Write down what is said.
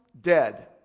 dead